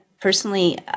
personally